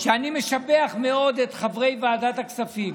שאני משבח מאוד את חברי ועדת הכספים,